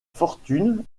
fortune